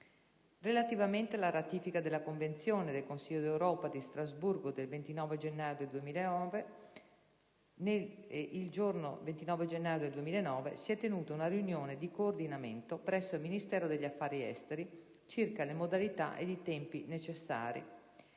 Relativamente alla ratifica della Convenzione del Consiglio d'Europa di Strasburgo, il 29 gennaio 2009 si è tenuta una riunione di coordinamento presso il Ministero degli affari esteri circa le modalità e i tempi necessari.